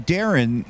Darren